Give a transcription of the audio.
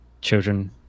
children